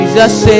Jesus